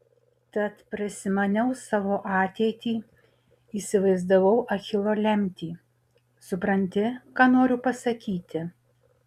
tad prasimaniau savo ateitį įsivaizdavau achilo lemtį supranti ką noriu pasakyti